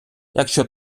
якщо